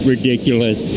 ridiculous